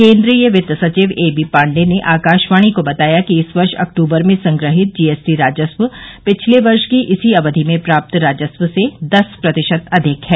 केन्द्रीय वित्त सचिव ए बी पांडे ने आकाशवाणी को बताया कि इस वर्ष अक्टूबर में संग्रहित जीएसटी राजस्व पिछले वर्ष की इसी अवधि में प्राप्त राजस्व से दस प्रतिशत अधिक है